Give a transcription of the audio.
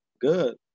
Good